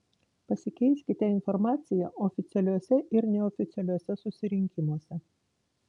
pasikeiskite informacija oficialiuose ir neoficialiuose susirinkimuose